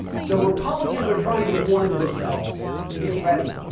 so republicans are trying to warn themselves to get ready.